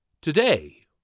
Today